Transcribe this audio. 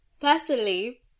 Personally